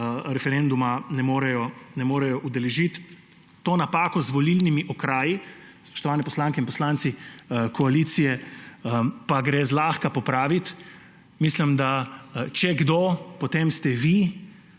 referenduma ne morejo udeležiti. To napako z volilnimi okraji, spoštovane poslanke in poslanci koalicije, pa gre zlahka popraviti. Mislim, da če kdo, potem ste vi,